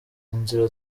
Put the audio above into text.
inzira